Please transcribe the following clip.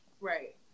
Right